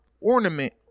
ornament